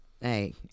hey